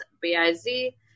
B-I-Z